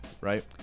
Right